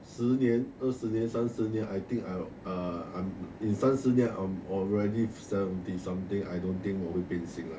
十年二十年三十年 I think I'll uh I'm in 三十年 I'm already seventy something I don't think 我不会变兴 lah